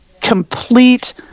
complete